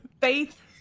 faith